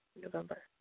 November